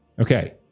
Okay